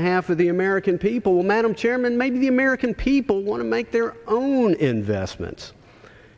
behalf of the american people madam chairman maybe the american people want to make their own investments